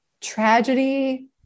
tragedy